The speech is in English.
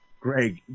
Greg